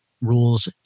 rules